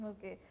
Okay